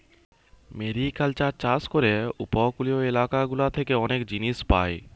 mariculture চাষ করে উপকূলীয় এলাকা গুলা থেকে অনেক জিনিস পায়